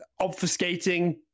obfuscating